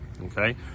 okay